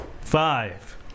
Five